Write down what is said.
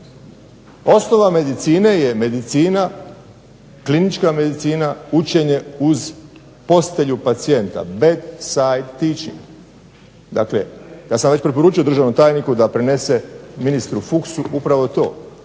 Osnova medicine je medicina, klinička medicina učenje uz postelju pacijenta – bed side teaching. Dakle, ja sam već preporučio državnom tajniku da prenese ministru Fuchsu upravo to.